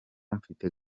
mfite